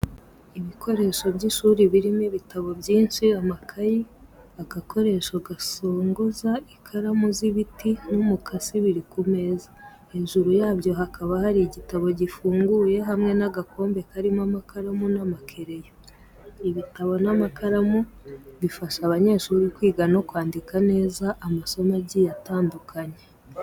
Ibikoresho by’ishuri birimo ibitabo byinshi, amakaye, agakoresho gasongoza ikaramu z'ibiti n'umukasi biri ku meza, hejuru yabyo hakaba hari igitabo gifunguye hamwe n’agakombe karimo amakaramu n'amakereyo. Ibitabo n’amakaramu bifasha abanyeshuri kwiga no kwandika neza amasomo agiye atandukanye.